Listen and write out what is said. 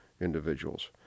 individuals